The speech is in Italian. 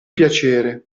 piacere